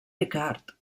ricard